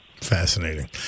Fascinating